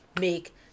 make